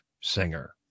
singer